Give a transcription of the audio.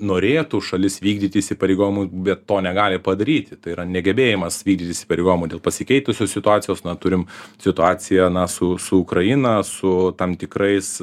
norėtų šalis vykdyti įsipareigojimų be to negali padaryti tai yra negebėjimas vykdyti įsipareigojimų dėl pasikeitusios situacijos na turim situaciją na su su ukraina su tam tikrais